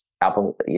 apple